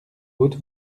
haute